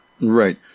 Right